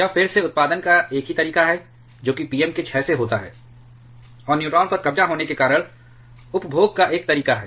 यह फिर से उत्पादन का एक ही तरीका है जो कि Pm के क्षय से होता है और न्यूट्रॉन पर कब्जा होने के कारण उपभोग का एक तरीका है